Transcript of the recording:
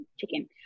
chicken